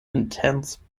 intense